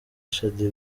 shaddy